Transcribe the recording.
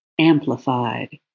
amplified